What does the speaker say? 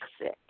sick